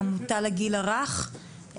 העמותה לגיל הרך,